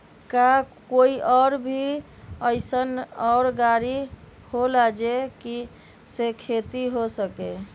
का कोई और भी अइसन और गाड़ी होला जे से खेती हो सके?